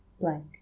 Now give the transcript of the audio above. blank